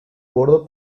bordo